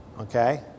Okay